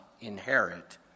inherit